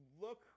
look